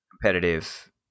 competitive